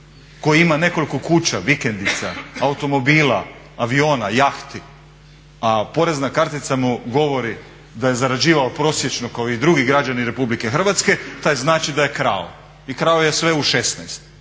koji ima nekoliko kuća, vikendica, automobila, aviona, jahti, a porezna kartica mu govori da je zarađivao prosječno kao i drugi građani RH to znači da je krao i krao je sve u 16.